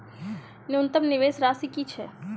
न्यूनतम निवेश राशि की छई?